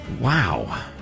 Wow